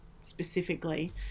specifically